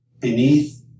Beneath